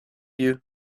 you